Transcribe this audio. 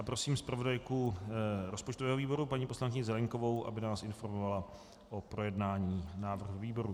Prosím zpravodajku rozpočtového výboru paní poslankyni Zelienkovou, aby nás informovala o projednání návrhu ve výboru.